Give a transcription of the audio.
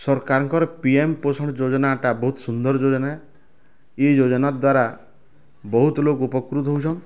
ସରକାରଙ୍କର P M Poshan ଯୋଜନାଟା ବହୁତ ସୁନ୍ଦର ଯୋଜନା ଏଇ ଯୋଜନା ଦ୍ୱାରା ବହୁତ ଲୋକ ଉପକୃତ ହେଉଛନ